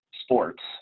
sports